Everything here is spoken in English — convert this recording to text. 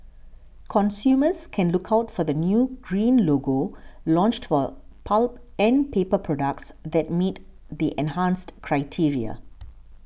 consumers can look out for the new green logo launched for pulp and paper products that meet the enhanced criteria